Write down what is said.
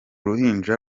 ruhinja